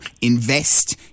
invest